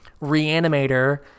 Reanimator